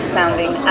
sounding